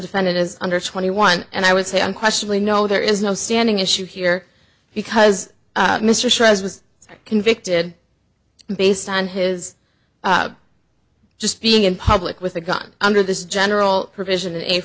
defendant is under twenty one and i would say unquestionably know there is no standing issue here because mr chavez was convicted based on his just being in public with a gun under this general provision and a